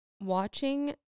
watching